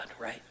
right